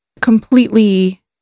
completely